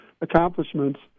accomplishments